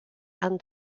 and